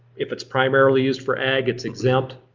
if it's primarily used for ag it's exempt.